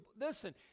Listen